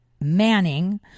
manning